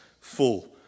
Full